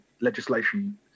legislation